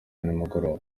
nimugoroba